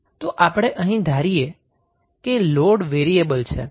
તો આપણે અહીં ધારીએ કે લોડ વેરીએબલ છે